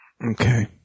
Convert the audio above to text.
Okay